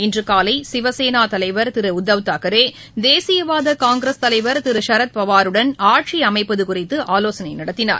இன்றுகாலை சிவசேனா தலைவர் திரு உத்தவ் தாக்ரே தேசியவாத காங்கிரஸ் தலைவர் திரு சரத் பவாருடன் ஆட்சி அமைப்பது குறித்து ஆலோசனை நடத்தினார்